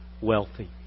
wealthy